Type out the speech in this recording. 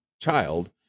child